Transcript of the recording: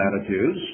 attitudes